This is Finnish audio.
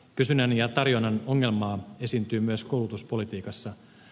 kysynnän ja tarjonnan ongelmaa esiintyy myös koulutuspolitiikassa